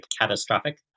catastrophic